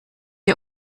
ihr